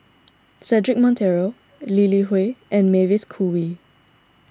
Cedric Monteiro Lee Li Hui and Mavis Khoo Oei